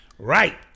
Right